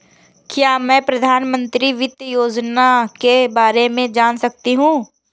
क्या मैं प्रधानमंत्री वित्त योजना के बारे में जान सकती हूँ?